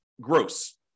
gross